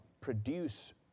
produce